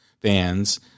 fans